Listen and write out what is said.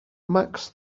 max